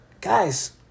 guys